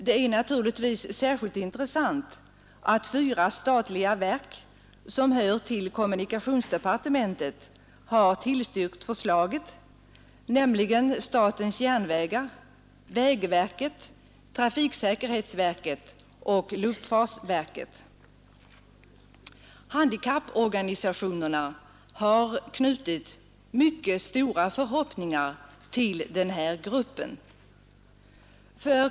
Det är naturligtvis särskilt intressant att fyra statliga verk, som hör till kommunikationsdepartementet, har tillstyrkt förslaget, nämligen statens järnvägar, vägverket, trafiksäkerhetsverket och Handikapporganisationerna har knutit mycket stora förhoppningar till den här gruppen.